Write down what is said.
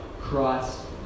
Christ